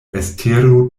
estero